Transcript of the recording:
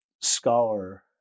scholar